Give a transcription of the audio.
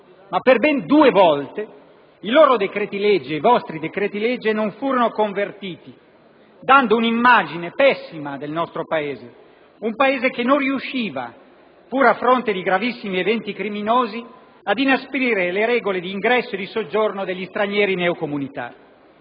però, i loro - i vostri - decreti-legge non furono convertiti, dando un'immagine pessima del nostro Paese, un Paese che non riusciva, pur a fronte di gravissimi eventi criminosi, ad inasprire le regole di ingresso e di soggiorno degli stranieri neocomunitari.